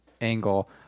angle